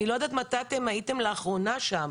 אני לא יודעת מתי הייתם לאחרונה שם,